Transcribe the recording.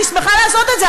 אני שמחה לעשות את זה,